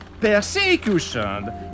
persecution